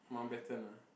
Mountbatten ah